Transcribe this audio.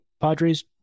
Padres